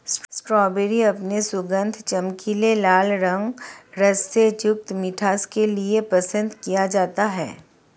strawberry अपने सुगंध, चमकीले लाल रंग, रस से युक्त मिठास के लिए पसंद किया जाता है